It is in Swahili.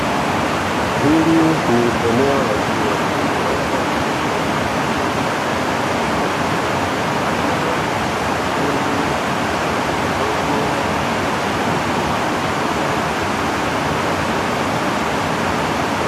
Hili ni eneo la ziwa lenye mandhari nzuri yakuvutia. Hapa kuna mitumbwi midogo midogo kwa ajili ya uvuaji wa samaki.